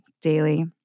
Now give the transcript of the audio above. daily